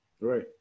Right